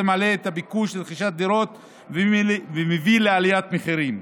זה מעלה את הביקוש לרכישת דירות ומביא לעליית מחירים.